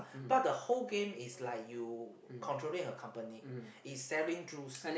but the whole game is like you controlling a company is selling juice